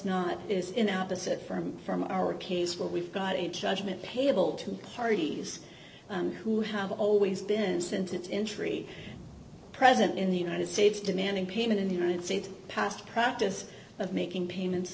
not is in opposite from from our case what we've got a judgment payable to parties who have always been since intrigue present in the united states demanding payment in the united states past practice of making payments